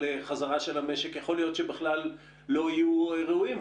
חזרה של המשק יכול להיות שבכלל לא יהיו רלוונטיים.